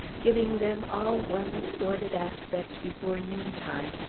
giving them all one sordid aspect before noon-time,